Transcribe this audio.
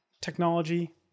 technology